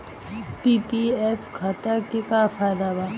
PPF खाता के का फायदा बा?